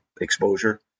exposure